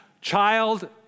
child